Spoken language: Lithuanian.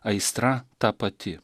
aistra ta pati